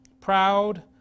proud